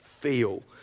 feel